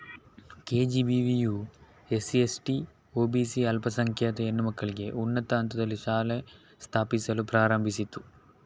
ಕೆ.ಜಿ.ಬಿ.ವಿಯು SC, ST, OBC ಅಲ್ಪಸಂಖ್ಯಾತ ಹೆಣ್ಣು ಮಕ್ಕಳಿಗೆ ಉನ್ನತ ಹಂತದಲ್ಲಿ ಶಾಲೆ ಸ್ಥಾಪಿಸಲು ಪ್ರಾರಂಭಿಸಿತು